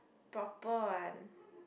proper one